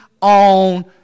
on